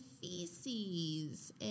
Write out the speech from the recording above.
feces